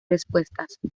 respuestas